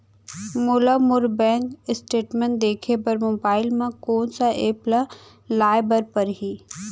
मोला मोर bank statement देखे बर मोबाइल मा कोन सा एप ला लाए बर परही?